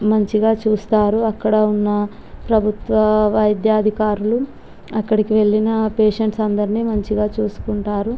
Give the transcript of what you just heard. మంచిగా చూస్తారు అక్కడ ఉన్న ప్రభుత్వ అధికారులు అక్కడికి వెళ్లిన పేషెంట్స్ అందరినీ మంచిగా చూసుకుంటారు